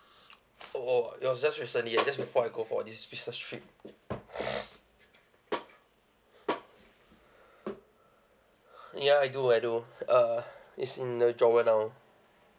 oh it was just recently it just before I go for this business trip ya I do I do uh it's in the drawer now